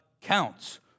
counts